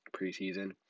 preseason